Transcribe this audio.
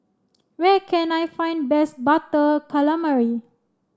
where can I find best Butter Calamari